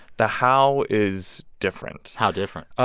the how is different how different?